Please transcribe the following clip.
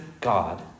God